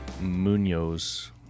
munoz